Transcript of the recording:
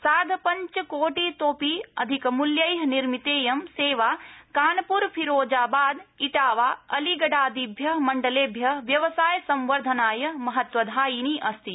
सार्धपंचकोटितोऽपि अधिकमूल्यै निर्मितेयं सेवा कानप्र फिरोजाबाद इटावा अलीगढादिभ्य मण्डलेभ्य व्यवसाय संवर्धनाय महत्वाधायिनी अस्ति